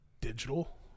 digital